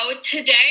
today